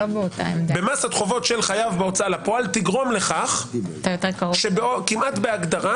במסת חובות של חייב בהוצאה לפועל תגרום לכך שכמעט בהגדרה